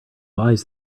lies